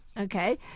okay